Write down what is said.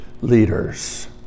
leaders